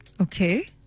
Okay